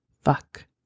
fuck